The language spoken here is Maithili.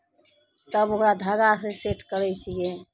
तब ओकरा धागासँ सेट करै छियै